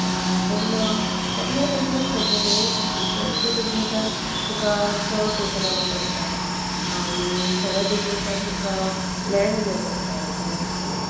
पूण सगले बिजनस तशें न्ही दुसऱ्या दुसऱ्या बिजनसान तुका चड पयसो घालूंक पडटा आनी थोड्या बिजनसान तुका लँड जाय पडटा तुका